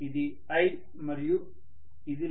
ఇది i మరియు ఇది